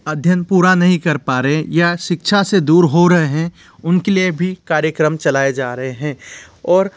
अध्ययन पूरा नहीं कर पा रहे या शिक्षा से दूर हो रहे हैं उनके लिए भी कार्यक्रम चलाए जा रहे हैं और